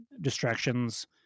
distractions